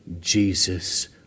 Jesus